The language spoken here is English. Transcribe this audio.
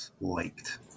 liked